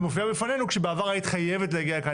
ומופיעה בפנינו כשבעבר היית חייבת להגיע לכאן,